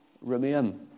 remain